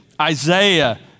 Isaiah